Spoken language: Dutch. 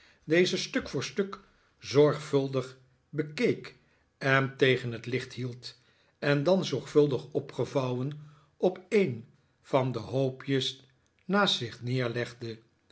deze stuk voor stuk zorgvuldig bekeek en tegen het licht hield en dan zorgvuldig opgevouwen op een van de hoopjes naast zich neerlegde